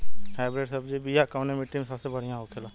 Hybrid सब्जी के बिया कवने मिट्टी में सबसे बढ़ियां होखे ला?